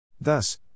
Thus